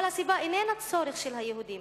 אבל הסיבה איננה צורך של היהודים,